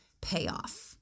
payoff